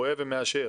רואה ומאשר